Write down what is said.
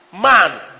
man